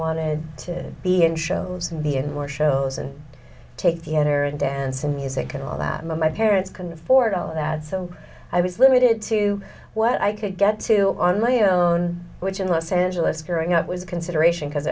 wanted to be in shows and the and more shows and take the enter and dance and music and all that my parents couldn't afford all of that so i was limited to what i could get to on my own which in los angeles growing up was a consideration because